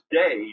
day